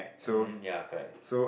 mm ya correct